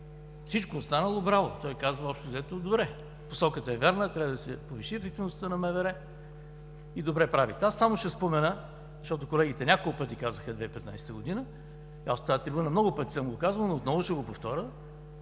всичко останало – браво! Той казва: общо взето – добре, посоката е вярна, трябва да се повиши ефективността на МВР и добре правите. Аз само ще спомена, защото колегите няколко пъти за 2015 г., от тази трибуна много пъти съм го казвал, но отново ще го повторя: